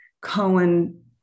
Cohen